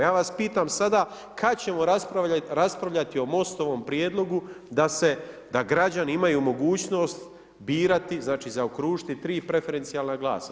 Ja vas pitam sada, kad ćemo raspravljati o Mostovom prijedlogu da se, da građani imaju mogućnost birati, znači zaokružiti tri preferencijalna glasa?